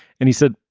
and he said,